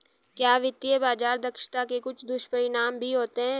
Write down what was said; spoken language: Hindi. क्या वित्तीय बाजार दक्षता के कुछ दुष्परिणाम भी होते हैं?